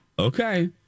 Okay